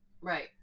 Right